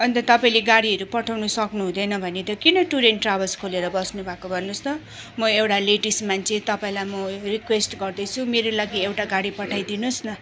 अन्त तपाईँले गाडीहरू पठाउनु सक्नुहुँदैन भने किन टुर एन्ड ट्राभल्स खोलेर बस्नुभएको भन्नुहोस् त म एउटा लेडिस मान्छे तपाईँलाई म रिक्वेसेट गर्दैछु मेरो लागि एउटा गाडी पठाइदिनुहोस् न